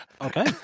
Okay